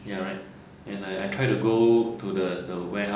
you're right and I I try to go to the the warehouse in the morning lor